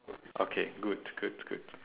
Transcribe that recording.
okay good good good